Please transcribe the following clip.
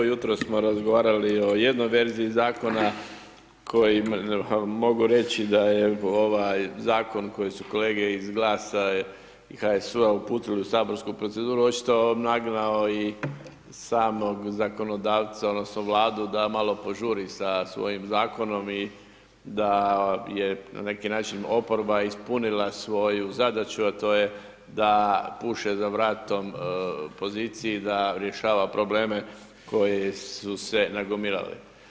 Jutro smo razgovarali o jednoj verziji Zakona koji, mogu reći da je, ovaj, Zakon koji su kolege iz GLAS-a i HSU-a uputili u saborsku proceduru, očito nagnao i samog zakonodavca odnosno Vladu da malo požuri sa svojim Zakonom i da je, na neki način oporba ispunila svoju zadaću, a to je da puše za vratom poziciji da rješava probleme koji su se nagomilali.